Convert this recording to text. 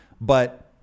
But-